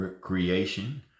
creation